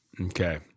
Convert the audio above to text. Okay